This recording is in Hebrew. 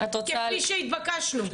כפי שנתבקשנו.